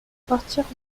partir